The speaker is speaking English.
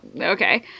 Okay